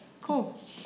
Cool